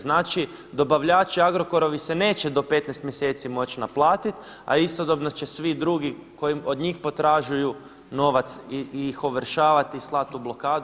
Znači dobavljači Agrokorovi se neće do 15 mjeseci moć naplatiti, a istodobno će svi drugi koji od njih potražuju novac ih ovršavati i slati u blokadu.